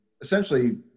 essentially